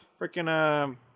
freaking